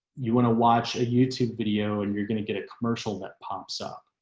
you want to watch a youtube video and you're going to get a commercial that pumps up